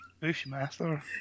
Bushmaster